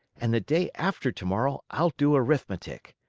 and the day after tomorrow i'll do arithmetic.